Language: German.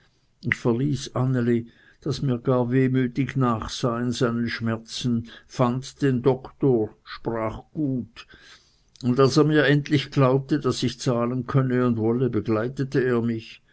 anneli das mir gar wehmütig nachsah in seinen schmerzen fand den doktor sprach gut und als er mir endlich glaubte daß ich zahlen könne und wolle begleitete er mich